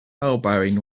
elbowing